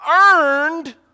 earned